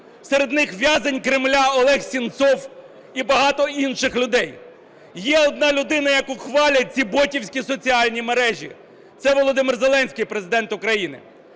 Серед них в'язень Кремля Олег Сенцов і багато інших людей. Є одна людина, яку хвалять ці ботівські соціальні мережі – це Володимир Зеленський - Президент України.